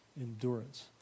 endurance